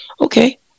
Okay